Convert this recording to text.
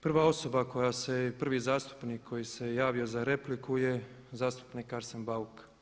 Prva osoba koja se, prvi zastupnik koji se javio za repliku je zastupnik Arsen Bauk.